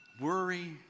worry